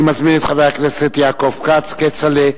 אני מזמין את חבר הכנסת יעקב כץ, כצל'ה.